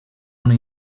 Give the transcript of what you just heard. una